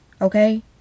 okay